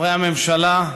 חברי הממשלה,